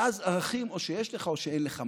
ואז, ערכים, או שיש לך או שאין לך.